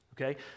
okay